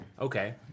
Okay